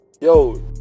Yo